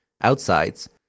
Outsides